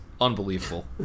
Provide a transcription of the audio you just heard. Unbelievable